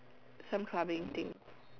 some clubbing thing